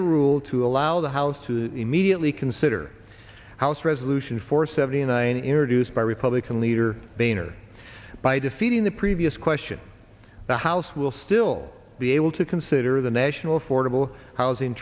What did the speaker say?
the rule to allow the house to immediately consider house resolution four seventy nine introduced by republican leader boehner by defeating the previous question the house will still be able to consider the national